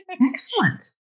excellent